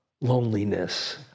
loneliness